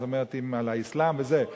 זאת אומרת, על אסלאם וכיוצא בזה.